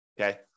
okay